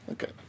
Okay